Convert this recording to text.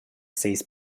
seis